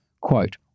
Quote